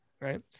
Right